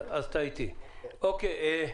רבותיי,